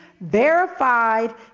verified